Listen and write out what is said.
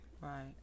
Right